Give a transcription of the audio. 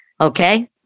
Okay